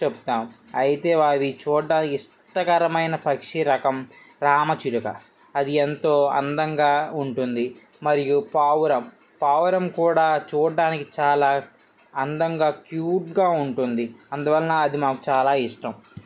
చెప్తాం అయితే అవి చూడ్డానికి ఇష్టకరమైన పక్షి రకం రామచిలుక అది ఎంతో అందంగా ఉంటుంది మరియు పావురం పావురం కూడా చూడ్డానికి చాలా అందంగా క్యూట్గా ఉంటుంది అందువల్ల అది మాకు చాలా ఇష్టం